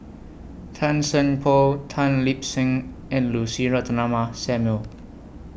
Tan Seng Poh Tan Lip Seng and Lucy Ratnammah Samuel